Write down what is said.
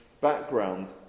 background